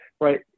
right